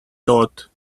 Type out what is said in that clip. thought